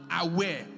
aware